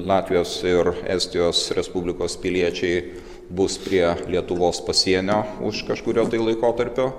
latvijos ir estijos respublikos piliečiai bus prie lietuvos pasienio už kažkurio tai laikotarpio